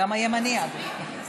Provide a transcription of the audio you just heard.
גם הימני, אגב.